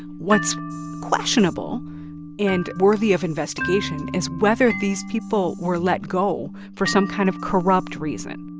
what's questionable and worthy of investigation is whether these people were let go for some kind of corrupt reason